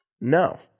No